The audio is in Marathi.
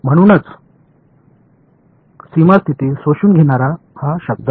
म्हणूनच सीमा स्थिती शोषून घेणारा हा शब्द